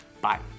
Bye